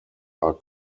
are